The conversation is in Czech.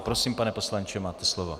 Prosím, pane poslanče, máte slovo.